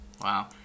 wow